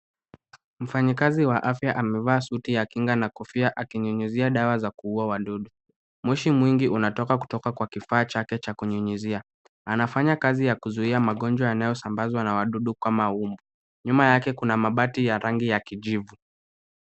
Mfanyikazi wa afya amevaa suti ya kinga na kofia akinyunyuzia dawa za kuuwa wadudu. Moshi mwingi unatoka kutoka kwa kifaa chake cha kunyunyuzia. Anafanya kazi ya kuzuia magonjwa yanayosambazwa na wadudu kama mbu, nyuma yake kuna mabati ya rangi ya kijivu.